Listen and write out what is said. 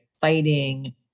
fighting